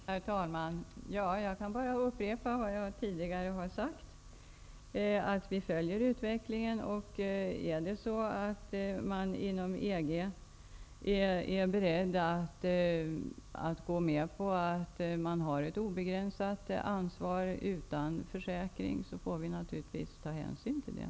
Herr talman! Jag kan bara upprepa vad jag tidigare har sagt. Vi följer utvecklingen. Om man inom EG är beredd att gå med på ett obegränsat ansvar utan försäkring, får vi naturligtvis ta hänsyn till det.